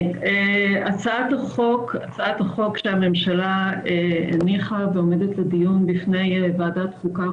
הצעת החוק שהממשלה הניחה ועומדת לדיון בפני ועדת החוקה,